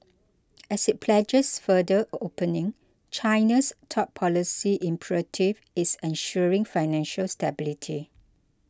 as it pledges further opening China's top policy imperative is ensuring financial stability